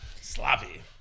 Sloppy